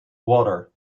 water